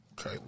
Okay